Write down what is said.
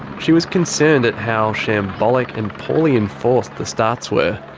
she was concerned at how shambolic and poorly enforced the starts were.